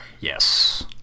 yes